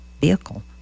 vehicle